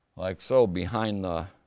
like so, behind the.